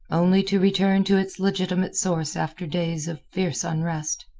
only to return to its legitimate source after days of fierce unrest.